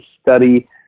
study